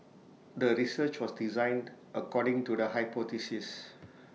the research was designed according to the hypothesis